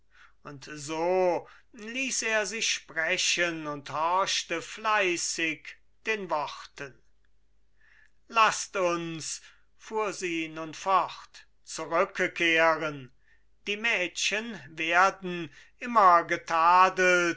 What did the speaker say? und so ließ er sie sprechen und horchte fleißig den worten laßt uns fuhr sie nun fort zurücke kehren die mädchen werden immer